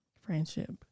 friendship